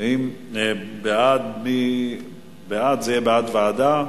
בעד, זה בעד ועדה.